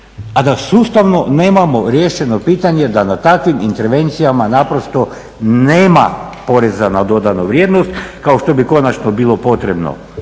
a da sustavno nemamo riješeno pitanje da na takvim intervencijama naprosto nema poreza na dodanu vrijednost kao što bi konačno bilo potrebno